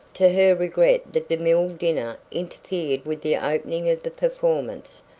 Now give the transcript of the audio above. to her regret the demille dinner interfered with the opening of the performance,